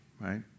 right